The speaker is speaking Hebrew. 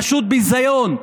פשוט ביזיון.